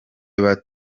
babura